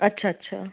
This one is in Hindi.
अच्छा अच्छा